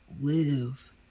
live